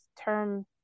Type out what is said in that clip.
term